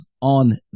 on